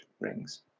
rings